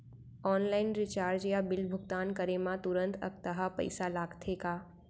Online recharge या bill भुगतान करे मा तुरंत अक्तहा पइसा लागथे का?